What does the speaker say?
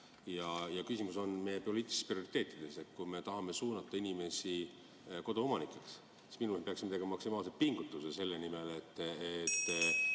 Küsimus on meie poliitilistes prioriteetides. Kui me tahame suunata inimesi koduomanikeks, siis peaksime tegema maksimaalseid pingutusi selle nimel, et